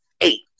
eight